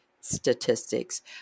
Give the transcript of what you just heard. statistics